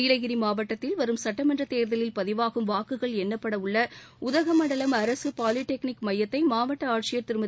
நீலகிரி மாவட்டத்தில் வரும் சட்டமன்ற தேர்தலில் பதிவாகும் வாக்குகள் எண்ணப்படவுள்ள உதகமண்டலம் அரசு பாலிடெக்னிக் மையத்தை மாவட்ட ஆட்சியர் திருமதி